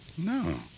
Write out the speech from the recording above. No